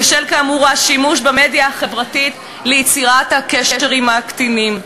ושל כאמור השימוש במדיה החברתית ליצירת הקשר עם קטינים.